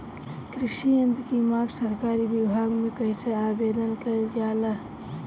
कृषि यत्र की मांग सरकरी विभाग में कइसे आवेदन कइल जाला?